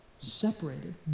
separated